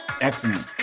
Excellent